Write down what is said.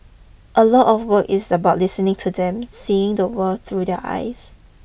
a lot of the work is about listening to them seeing the world through their eyes